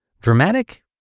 Dramatic